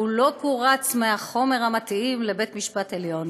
לא קורץ מהחומר המתאים לבית המשפט העליון,